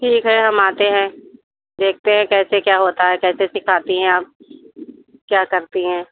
ठीक है हम आते हैं देखते हैं कैसे क्या होता है कैसे सिखाती हैं आप क्या करती हैं